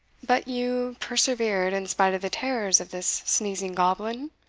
but you persevered, in spite of the terrors of this sneezing goblin?